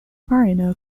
marino